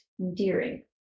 endearing